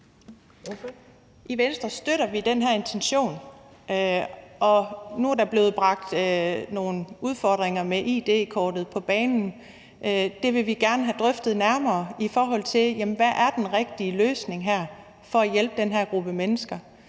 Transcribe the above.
I Venstre støtter vi den her intention, og nu er spørgsmålet om, at der er nogle udfordringer med id-kortet, blevet bragt på bane, og det vil vi gerne have drøftet nærmere, i forhold til hvad den rigtige løsning er for at hjælpe den her gruppe mennesker.